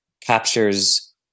captures